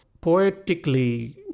poetically